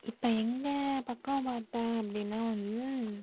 இப்போ எங்கள் பக்கம் பார்த்தேன் அப்படின்னா வந்து